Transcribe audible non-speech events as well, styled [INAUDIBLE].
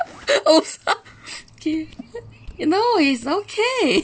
[LAUGHS] !oops! [LAUGHS] okay no is okay